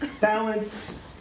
balance